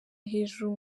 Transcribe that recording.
hejuru